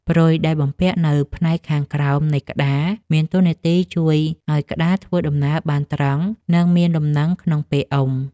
ព្រុយ ដែលបំពាក់នៅផ្នែកខាងក្រោមនៃក្តារ មានតួនាទីជួយឱ្យក្តារធ្វើដំណើរបានត្រង់ និងមានលំនឹងក្នុងពេលអុំ។